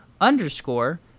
underscore